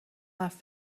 حرف